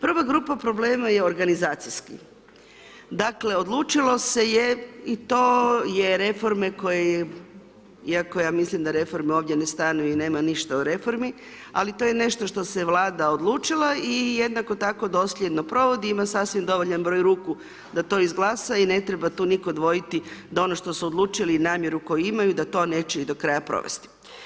Prva grupa problema je organizacijski, dakle odlučilo se je i to je reforme koje iako ja mislim da reforme ovdje ne stanu i nema ništa o reformi ali to je nešto što se Vlada odlučila i jednako tako dosljedno provodi i ima sasvim dovoljan broj ruku da to izglasa i ne treba tu nitko dvojiti da ono što su odlučili i namjeru koju imaju da to neće i do kraja provesti.